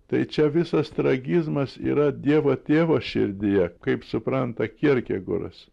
tai čia visas tragizmas yra dievo tėvo širdyje kaip supranta kjerkegoras